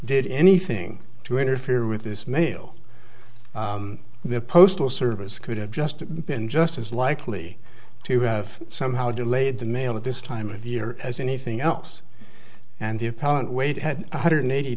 did anything to interfere with this mail the postal service could have just been just as likely to have somehow delayed the mail at this time of year as anything else and the apparent wait had one hundred eighty